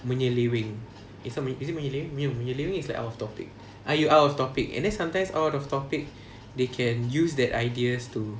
menyeleweng it's not is it menyeleweng no menyeleweng is like out of topic ah you out of topic and then some times out of topic they can use that ideas to